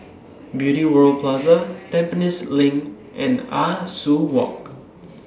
Beauty World Plaza Tampines LINK and Ah Soo Walk